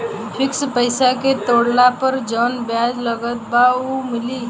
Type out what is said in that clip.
Fix पैसा के तोड़ला पर जवन ब्याज लगल बा उ मिली?